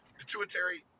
pituitary